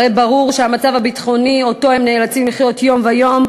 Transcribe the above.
הרי ברור שהמצב הביטחוני שהם נאלצים לחיות יום-יום,